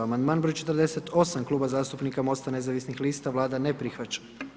Amandman broj 48 Kluba zastupnika Mosta nezavisnih lista, Vlada ne prihvaća.